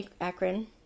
Akron